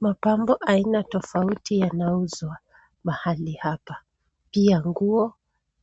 Mapambo aina tofauti yanauzwa mahali hapa pia nguo,